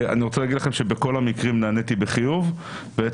אני רוצה לומר לכם בכל המקרים נעניתי בחיוב ואת